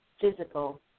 physical